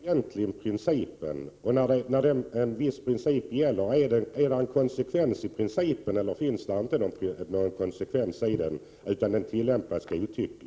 Herr talman! Jag diskuterar ju egentligen principen, nämligen om det finns någon konsekvens i tillämpningen av principen eller om den tillämpas godtyckligt.